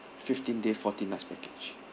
fifteen day fourteen nights package